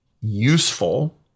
useful